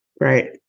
right